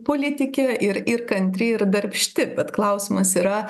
politikė ir ir kantri ir darbšti bet klausimas yra